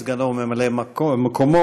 את סגנו וממלא מקומו,